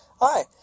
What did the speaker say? hi